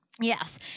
Yes